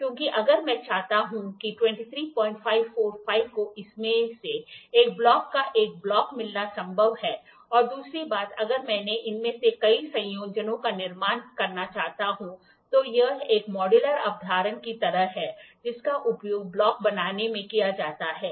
क्योंकि अगर मैं चाहता हूं कि 23545 को इसमें से एक ब्लॉक का एक ब्लॉक मिलना संभव है और दूसरी बात अगर मैं इनमें से कई संयोजनों का निर्माण करना चाहता हूं तो यह एक मॉड्यूलर अवधारणा की तरह है जिसका उपयोग ब्लॉक बनाने में किया जाता है